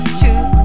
choose